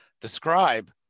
describe